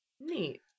Neat